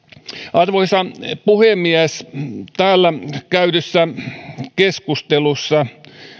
arvoisa puhemies täällä käydyssä keskustelussa